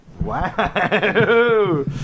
wow